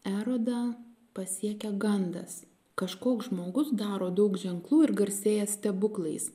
erodą pasiekia gandas kažkoks žmogus daro daug ženklų ir garsėja stebuklais